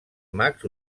mags